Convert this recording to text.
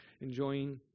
enjoying